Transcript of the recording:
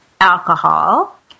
alcohol